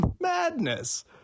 Madness